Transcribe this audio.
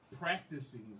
practicing